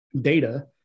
data